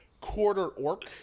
quarter-orc